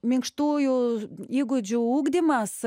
minkštųjų įgūdžių ugdymas